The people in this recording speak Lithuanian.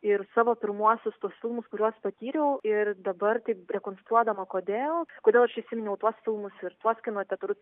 ir savo pirmuosius tuos filmus kuriuos patyriau ir dabar taip rekonstruodama kodėl kodėl aš įsiminiau tuos filmus ir tuos kino teatrus